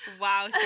wow